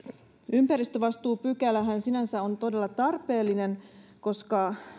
ympäristövastuupykälähän sinänsä on todella tarpeellinen koska